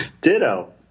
Ditto